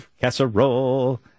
casserole